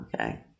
Okay